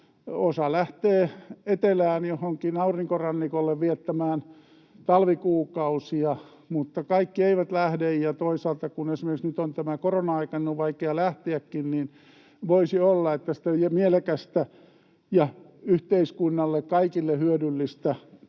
Osa lähtee etelään johonkin aurinkorannikolle viettämään talvikuukausia, mutta kaikki eivät lähde. Ja toisaalta kun esimerkiksi nyt on tämä korona-aika, niin on vaikea lähteäkin, ja voisi olla, että sitä mielekästä ja yhteiskunnalle, kaikille hyödyllistä